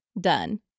done